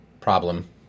problem